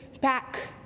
back